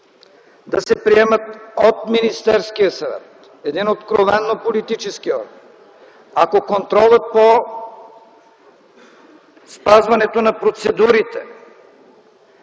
да се приемат от Министерския съвет, един откровено политически орган, ако контролът по спазването на процедурите